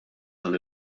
dan